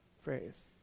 phrase